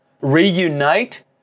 Reunite